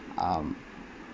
um